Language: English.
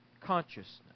consciousness